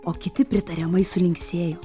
o kiti pritariamai sulinksėjo